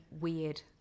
weird